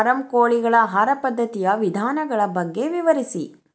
form ಕೋಳಿಗಳ ಆಹಾರ ಪದ್ಧತಿಯ ವಿಧಾನಗಳ ಬಗ್ಗೆ ವಿವರಿಸಿ